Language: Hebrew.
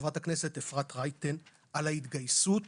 חברת הכנסת אפרת רייטן, על ההתגייסות